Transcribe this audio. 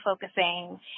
focusing